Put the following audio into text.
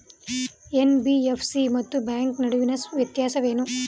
NBFC ಮತ್ತು bank ನಡುವಿನ ವ್ಯತ್ಯಾಸವೇನು?